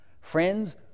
Friends